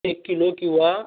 एक किलो किंवा